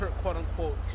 quote-unquote